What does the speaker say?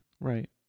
Right